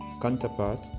counterpart